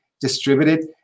distributed